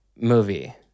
movie